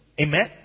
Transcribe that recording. Amen